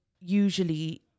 usually